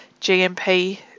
GMP